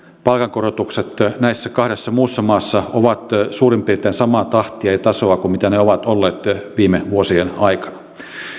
palkankorotukset näissä kahdessa muussa maassa ovat suurin piirtein samaa tahtia ja tasoa kuin mitä ne ovat olleet viime vuosien aikana